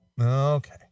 Okay